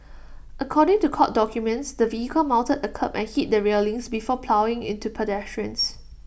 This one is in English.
according to court documents the vehicle mounted A kerb and hit the railings before ploughing into pedestrians